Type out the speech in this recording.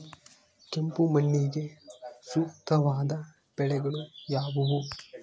ಕೆಂಪು ಮಣ್ಣಿಗೆ ಸೂಕ್ತವಾದ ಬೆಳೆಗಳು ಯಾವುವು?